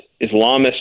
Islamist